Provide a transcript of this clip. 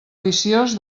viciós